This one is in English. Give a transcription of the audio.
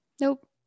Nope